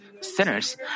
sinners